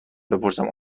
بپرسم